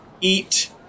eat